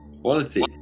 Quality